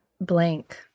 blank